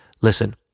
Listen